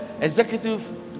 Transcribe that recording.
executive